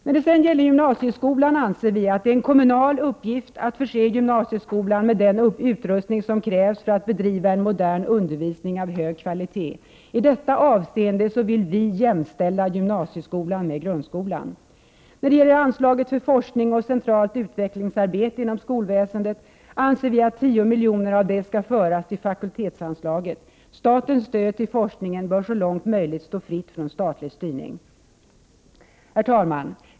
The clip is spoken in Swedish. När det gäller gymnasieskolan, anser vi att det är en kommunal uppgift att förse gymnasieskolan med den utrustning som krävs för att bedriva en modern undervisning av hög kvalitet. I detta avseende vill vi jämställa gymnasieskolan med grundskolan. Av anslaget för forskning och centralt utvecklingsarbete inom skolväsendet anser vi att 10 miljoner skall föras till fakultetsanslaget. Statens stöd till forskningen bör så långt möjligt stå fritt från statlig styrning. Herr talman!